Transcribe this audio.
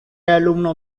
alumno